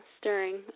stirring